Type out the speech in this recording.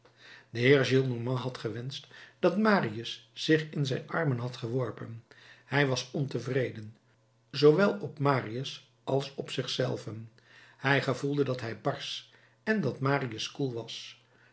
de heer gillenormand had gewenscht dat marius zich in zijn armen had geworpen hij was ontevreden zoowel op marius als op zich zelven hij gevoelde dat hij barsch en dat marius koel was